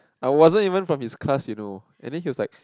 I wasn't even from his class you know and then he was like